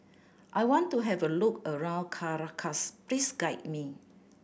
I want to have a look around Caracas please guide me